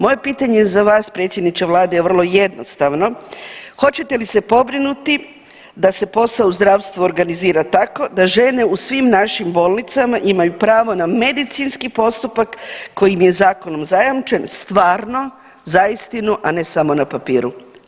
Moje pitanje za vas predsjedniče Vlade je vrlo jednostavno hoćete li se pobrinuti da se posao u zdravstvu organizira tako da žene u svim našim bolnicama imaju pravo na medicinski postupak koji im je zakonom zajamčen stvarno za istinu, a ne samo na papiru.